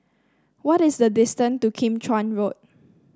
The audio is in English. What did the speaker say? what is the distance to Kim Chuan Road